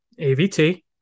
AVT